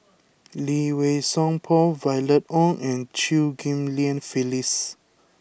Lee Wei Song Paul Violet Oon and Chew Ghim Lian Phyllis